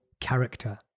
character